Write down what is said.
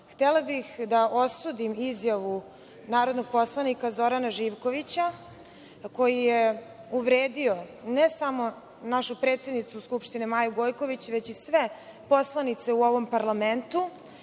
htela bih da osudim izjavu narodnog poslanika Zorana Živkovića koji je uvredio ne samo našu predsednicu Skupštine Maju Gojković, već i sve poslanice u ovom parlamentu.